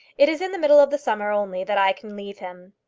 it is in the middle of the summer only that i can leave him.